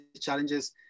challenges